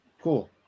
cool